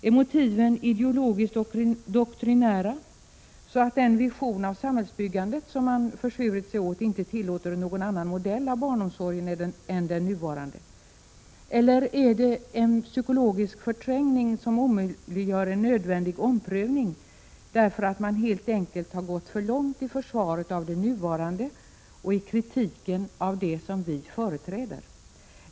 Är motiven ideologiska och doktrinära, så att den vision av samhällsbyggandet som man har försvurit sig åt inte tillåter någon annan modell av barnomsorgen än den nuvarande, eller är det en psykologisk förträngning som omöjliggör en nödvändig omprövning, därför att man helt enkelt har gått för långt i försvaret av det nuvarande och i kritiken mot det som vi företräder?